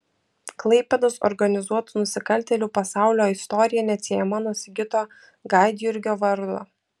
klaipėdos organizuotų nusikaltėlių pasaulio istorija neatsiejama nuo sigito gaidjurgio vardo